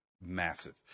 massive